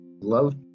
love